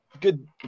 Good